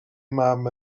mam